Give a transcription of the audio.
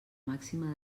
màxima